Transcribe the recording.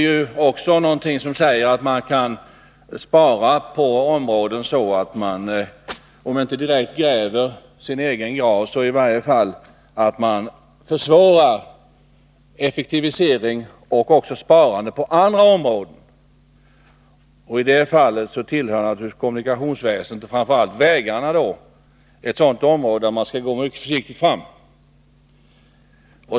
Men det finns områden på vilka man kan spara så att man om inte direkt gräver sin egen grav så i varje fall försvårar för sig när det gäller att effektivisera och även spara på andra områden. Kommunikationsväsendet och framför allt vägarna tillhör ett sådant område där man skall gå mycket försiktigt fram.